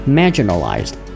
marginalized